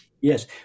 Yes